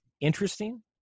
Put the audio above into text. interesting